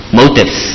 motives